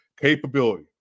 capability